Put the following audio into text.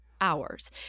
hours